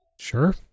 sure